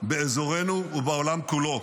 באזורנו ובעולם כולו.